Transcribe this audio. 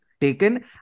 taken